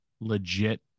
legit